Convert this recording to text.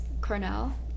Cornell